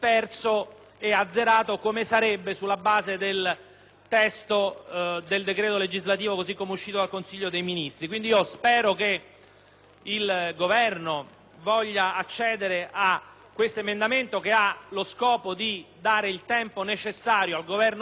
il Governo voglia accedere a questo emendamento che ha lo scopo di dare il tempo necessario al Governo stesso di ritornare su quel testo e modificarlo in un senso più rispondente alle osservazioni che le Commissioni parlamentari